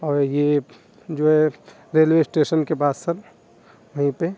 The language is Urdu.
اور یہ جو ہے ریلوے اسٹیشن کے پاس سر وہیں پہ